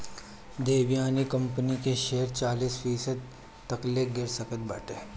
Devyani company के share चालीस फीसदी तकले गिर सकत बाटे